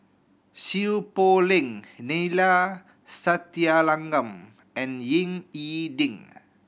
Seow Poh Leng Neila Sathyalingam and Ying E Ding